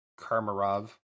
Karmarov